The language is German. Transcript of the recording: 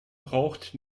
braucht